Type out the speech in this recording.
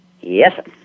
yes